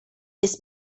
ist